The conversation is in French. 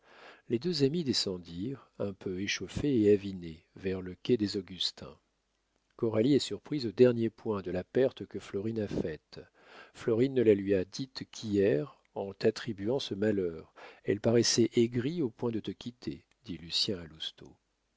les deux amis descendirent un peu échauffés et avinés vers le quai des augustins coralie est surprise au dernier point de la perte que florine a faite florine ne la lui a dite qu'hier en t'attribuant ce malheur elle paraissait aigrie au point de te quitter dit